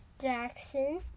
Jackson